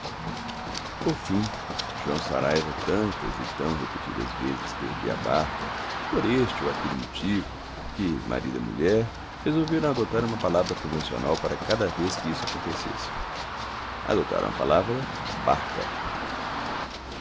por fim joão saraiva tantas e tão repetidas vezes perdia a barca por este ou aquele motivo que marido e mulher resolveram adotar uma palavra convencional para cada vez que isso acontecesse adotaram a palavra barca